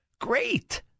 great